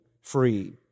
free